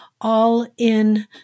all-in